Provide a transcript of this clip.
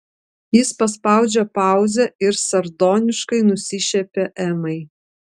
jis paspaudžia pauzę ir sardoniškai nusišiepia emai